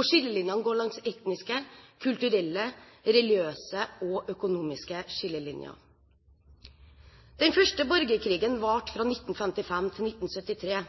og skillelinjene går langs etniske, kulturelle, religiøse og økonomiske linjer. Den første borgerkrigen varte fra 1955 til 1973,